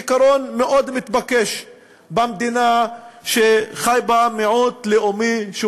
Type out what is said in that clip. עיקרון מאוד מתבקש במדינה שחי בה מיעוט לאומי שהוא